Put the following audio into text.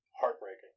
Heartbreaking